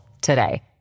today